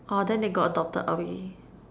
oh then they got adopted already